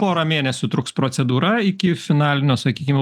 porą mėnesių truks procedūra iki finalinio sakykime